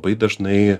labai dažnai